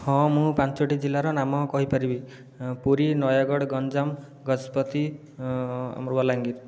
ହଁ ମୁଁ ପାଞ୍ଚଟି ଜିଲ୍ଲାର ନାମ କହିପାରିବି ପୁରୀ ନୟାଗଡ଼ ଗଞ୍ଜାମ ଗଜପତି ବଲାଙ୍ଗୀର